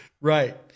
Right